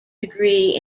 degree